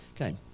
Okay